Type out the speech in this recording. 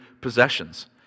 possessions